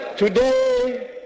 Today